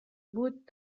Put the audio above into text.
بود